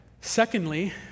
Secondly